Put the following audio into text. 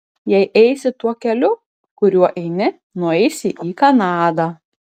jei eisi tuo keliu kuriuo eini nueisi į kanadą